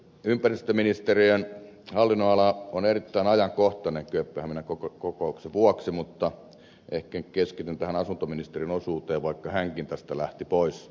ympäristöministeriön hallinnonala on erittäin ajankohtainen kööpenhaminan kokouksen vuoksi mutta ehkä keskityn tähän asuntoministerin osuuteen vaikka hänkin tästä lähti pois